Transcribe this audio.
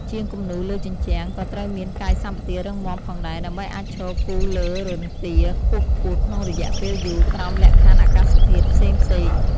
ជាងគំនូរលើជញ្ជាំងក៏ត្រូវមានកាយសម្បទារឹងមាំផងដែរ ដើម្បីអាចឈរគូរលើរន្ទាខ្ពស់ៗក្នុងរយៈពេលយូរក្រោមលក្ខខណ្ឌអាកាសធាតុផ្សេងៗ។